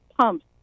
pumps